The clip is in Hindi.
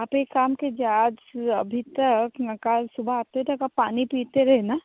आप एक काम कीजिए आज अभी तक ना कल सुबह आने तक आप पानी पीते रहना